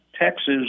Texas